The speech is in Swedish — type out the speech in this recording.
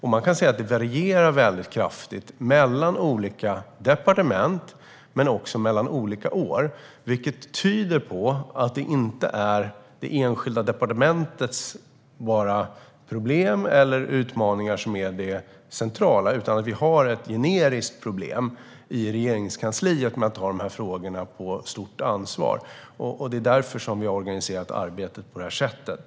Man kan säga att det varierar väldigt kraftigt mellan olika departement men också mellan olika år, vilket tyder på att det inte är det enskilda departementets problem eller utmaningar som är det centrala - vi har ett generiskt problem i Regeringskansliet med att ta stort ansvar för de här frågorna. Det är därför vi har organiserat arbetet på det här sättet.